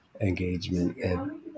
engagement